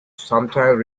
sometimes